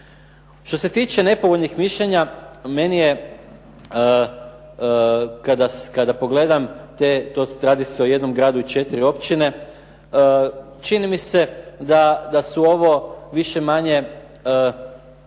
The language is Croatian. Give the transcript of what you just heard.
Što se tiče nepovoljnih mišljenja, meni je kada pogledam to, radi se o jednom gradu i 4 općine, čini mi se da su ovo više-manje,